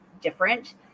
different